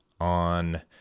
on